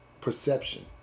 perception